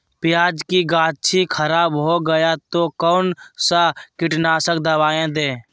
प्याज की गाछी खराब हो गया तो कौन सा कीटनाशक दवाएं दे?